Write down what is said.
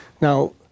Now